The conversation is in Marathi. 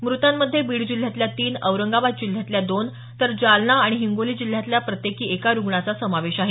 मृतांमध्ये बीड जिल्ह्यातल्या तीन औरंगाबाद जिल्ह्यातल्या दोन तर जालना आणि हिंगोली जिल्ह्यातल्या प्रत्येकी एका रुग्णाचा समावेश आहे